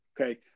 okay